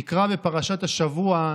נקרא בפרשת השבוע: